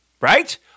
right